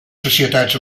societats